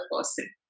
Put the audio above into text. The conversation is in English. person